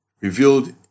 revealed